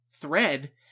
thread